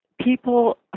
People